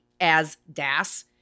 ASDAS